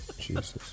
Jesus